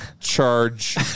Charge